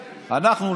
אנחנו,